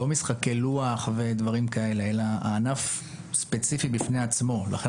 זה לא משחקי לוח ודברים כאלה אלא הענף ספציפית בפני עצמו ולכן,